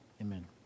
amen